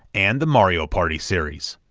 and the mario party series.